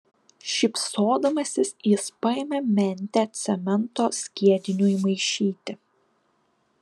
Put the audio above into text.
šypsodamasis jis paėmė mentę cemento skiediniui maišyti